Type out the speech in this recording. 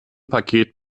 paket